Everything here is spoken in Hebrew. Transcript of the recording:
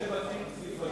בשני בתים נפרדים.